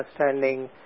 understanding